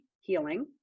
Healing